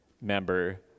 member